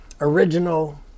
original